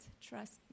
trust